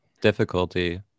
difficulty